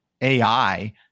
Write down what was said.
AI